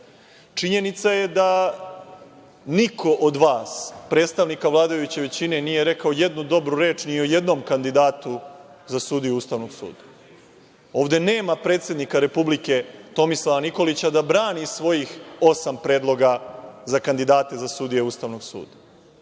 Činjenica je da niko od vas, predstavnika vladajuće većine, nije rekao nijednu dobru reč ni o jednom kandidatu za sudiju Ustavnog suda. Ovde nema predsednika Republike Tomislava Nikolića da brani svojih osam predloga za kandidate za sudije Ustavnog suda.